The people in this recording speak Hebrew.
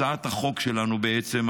הצעת החוק שלנו בעצם,